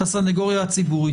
את הסנגוריה הציבורית.